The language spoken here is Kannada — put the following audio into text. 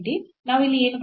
ನಾವು ಇಲ್ಲಿ ಏನು ಪಡೆಯುತ್ತೇವೆ